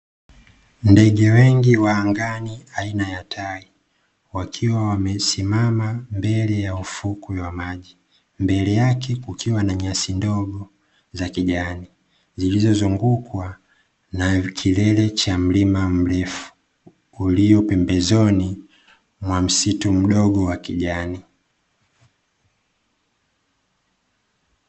Ndege wengi wa angani aina ya Tai, wakiwa wamesimama mbele ya ufukwe wa maji, mbele yake kukiwa na nyasi ndogo za kijani, zilizozungukwa na kilele cha mlima mrefu ulio pembezoni wa msitu mdogo wa kijani.